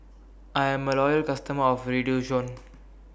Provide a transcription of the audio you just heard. I'm A Loyal customer of Redoxon